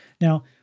Now